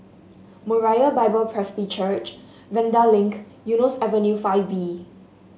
Moriah Bible Presby Church Vanda Link Eunos Avenue Five B